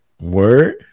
Word